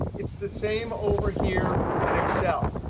it's the same over here in excel.